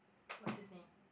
what's his name